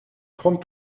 trente